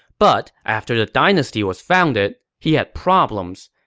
but after the dynasty was founded, he had problems.